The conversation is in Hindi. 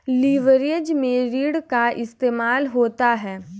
लिवरेज में ऋण का इस्तेमाल होता है